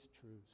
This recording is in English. truths